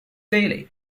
daily